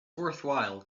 worthwhile